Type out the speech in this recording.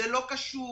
אנחנו נתחיל,